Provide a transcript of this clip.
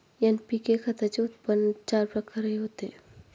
NPK खताचे उत्पन्न चार प्रकारे होते